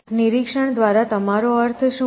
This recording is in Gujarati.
નિરીક્ષણ દ્વારા તમારો અર્થ શું છે